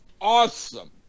awesome